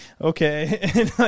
Okay